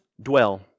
dwell